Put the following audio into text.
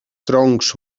troncs